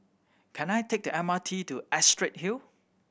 can I take the M R T to Astrid Hill